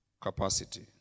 capacity